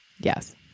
Yes